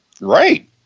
Right